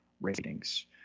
ratings